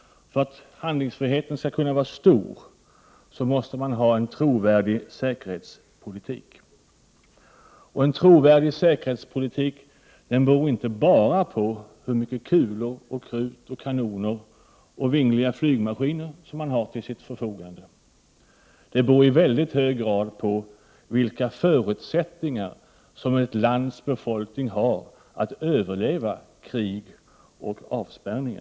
För att handlingsfriheten skall kunna vara stor, måste man ha en trovärdig säkerhetspolitik. Och en trovärdig säkerhetspolitik beror inte bara på hur mycket kulor och krut och kanoner och vingliga flygmaskiner man har till sitt förfogande utan i mycket hög grad på vilka förutsättningar landets befolkning har att överleva krig och avspärrning.